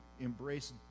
Embrace